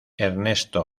ernesto